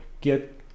get